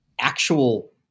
actual